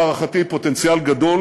להערכתי, פוטנציאל גדול